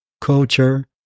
culture